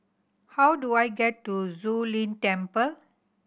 how do I get to Zu Lin Temple